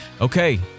Okay